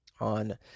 on